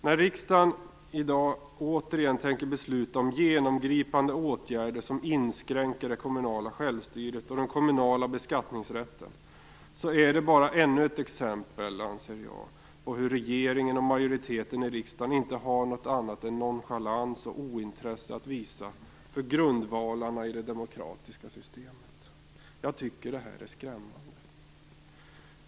När riksdagen i dag återigen tänker besluta om genomgripande åtgärder som inskränker den kommunala självstyrelsen och den kommunala beskattningsrätten är det bara ännu ett exempel, anser jag, på att regeringen och majoriteten i riksdagen inte har annat än nonchalans och ointresse att visa för grundvalarna i det demokratiska systemet. Jag tycker det här är skrämmande.